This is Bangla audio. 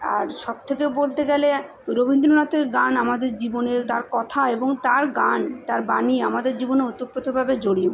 আর সবথেকে বলতে গেলে রবীন্দ্রনাথের গান আমাদের জীবনে তার কথা এবং তার গান তার বাণী আমাদের জীবনে ওতপ্রোতভাবে জড়িয়ে